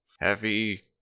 Heavy